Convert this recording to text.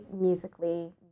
musically